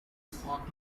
sparkled